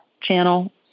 channel